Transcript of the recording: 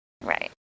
Right